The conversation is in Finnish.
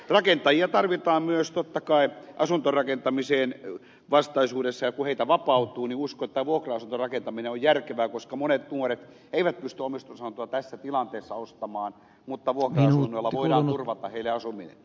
rakentajia tarvitaan myös totta kai asuntorakentamiseen vastaisuudessa ja kun heitä vapautuu niin uskon että vuokra asuntorakentaminen on järkevää koska monet nuoret eivät pysty omistusasuntoa tässä tilanteessa ostamaan mutta vuokra asunnoilla voidaan turvata heille asuminen